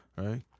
Right